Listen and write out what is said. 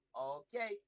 Okay